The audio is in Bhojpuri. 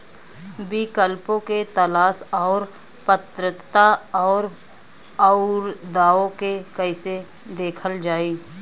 विकल्पों के तलाश और पात्रता और अउरदावों के कइसे देखल जाइ?